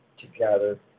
together